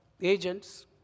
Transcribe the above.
agents